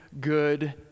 good